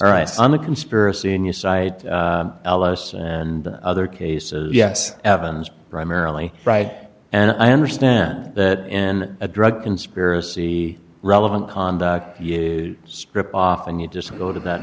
right on the conspiracy on your side and other cases yes evans primarily right and i understand that in a drug conspiracy relevant conduct you strip off and you just go to that